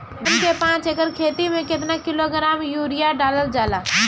धान के पाँच एकड़ खेती में केतना किलोग्राम यूरिया डालल जाला?